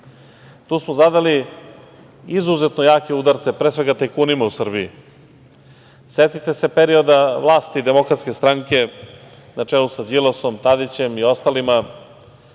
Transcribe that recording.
Tu smo zadali izuzetno jake udarce, pre svega tajkunima u Srbiji. Setite se perioda vlasti DS na čelu sa Đilasom, Tadićem i ostalima,